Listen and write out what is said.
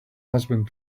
husband